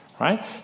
right